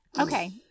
Okay